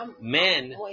Men